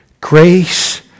Grace